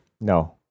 No